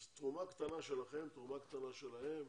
אז תרומה קטנה שלכם, תרומה קטנה שלהם,